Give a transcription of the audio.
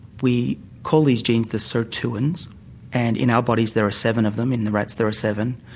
we call these genes the sirtuins and in our bodies there are seven of them, in the rats there are seven.